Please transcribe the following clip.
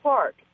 Park